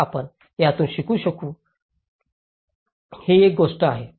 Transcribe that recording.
तर आपण यातून शिकू शकू ही एक गोष्ट आहे